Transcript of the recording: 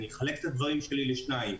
אני אחלק את הדברים שלי לשניים: